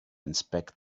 inspect